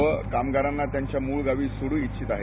व कामगारांना त्यांच्या मूळ गावी सोडू इच्छित आहेत